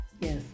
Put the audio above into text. Yes